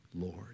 Lord